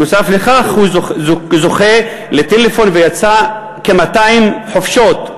נוסף על כך הוא זוכה לטלפון ויצא לכ-200 חופשות.